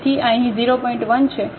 1 છે આ 0